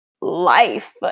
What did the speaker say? life